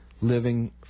living